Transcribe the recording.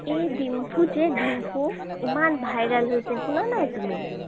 এই ডিম্পু যে ডিম্পু ইমান ভাইৰেল হৈছে শুনা নাই তুমি